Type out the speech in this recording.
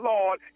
Lord